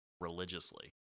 religiously